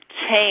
change